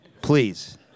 Please